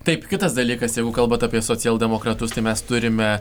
taip kitas dalykas jeigu kalbat apie socialdemokratus tai mes turime